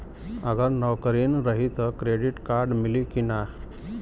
अगर नौकरीन रही त क्रेडिट कार्ड मिली कि ना?